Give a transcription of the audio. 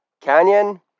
Canyon